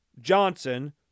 Johnson